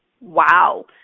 wow